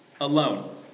alone